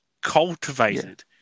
cultivated